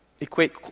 equate